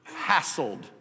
hassled